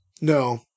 No